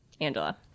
Angela